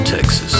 Texas